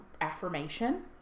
affirmation